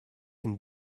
can